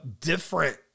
different